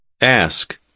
Ask